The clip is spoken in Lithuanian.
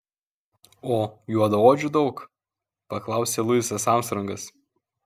o juodaodžių daug paklausė luisas armstrongas